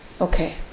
Okay